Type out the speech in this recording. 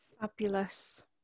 fabulous